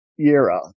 Era